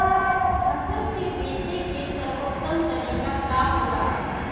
फसल के बेचे के सर्वोत्तम तरीका का होला?